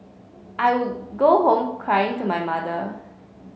I would go home crying to my mother